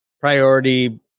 priority